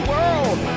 World